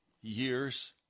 years